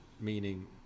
meaning